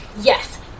Yes